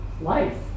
life